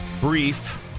brief